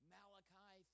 Malachi